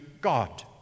God